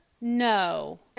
No